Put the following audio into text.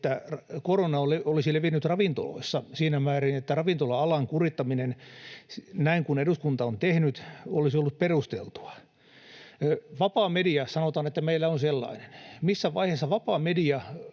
että korona olisi levinnyt ravintoloissa siinä määrin, että ravintola-alan kurittaminen näin kuin eduskunta on tehnyt, olisi ollut perusteltua? Vapaa media — sanotaan, että meillä on sellainen. Missä vaiheessa vapaa media